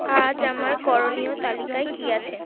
আজ আমার করণীয় তালিকায় কি আছে